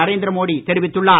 நரேந்திர மோடி தெரிவித்துள்ளார்